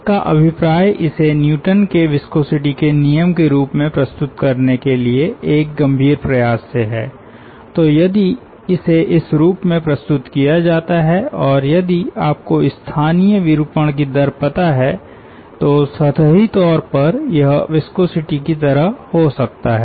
इसका अभिप्राय इसे न्यूटन के विस्कोसिटी के नियम के रूप में प्रस्तुत करने के लिए एक गंभीर प्रयास से है तो यदि इसे इस रूप में प्रस्तुत किया जाता है और यदि आपको स्थानीय विरूपण की दर पता हैं तो सतही तौर पर यह विस्कोसिटी की तरह हो सकता है